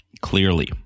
clearly